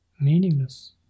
Meaningless